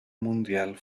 mundial